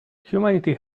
humanity